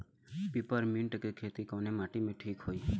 Peppermint के खेती कवने माटी पे ठीक होई?